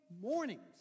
mornings